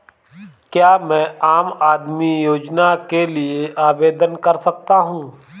क्या मैं आम आदमी योजना के लिए आवेदन कर सकता हूँ?